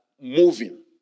moving